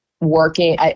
working